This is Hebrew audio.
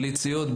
בלי ציוד,